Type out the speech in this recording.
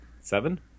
Seven